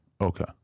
Okay